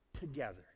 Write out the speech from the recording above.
together